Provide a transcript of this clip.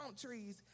trees